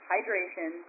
Hydration